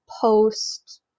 post